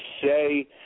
say